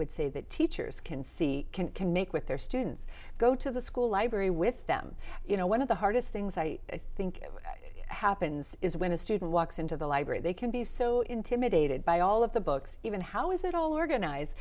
would say that teachers can see can make with their students go to the school library with them you know one of the hardest things i think happens is when a student walks into the library they can be so intimidated by all of the books even how is it all organize